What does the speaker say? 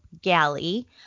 galley